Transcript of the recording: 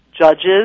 judges